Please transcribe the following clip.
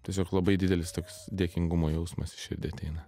tiesiog labai didelis toks dėkingumo jausmas į širdį ateina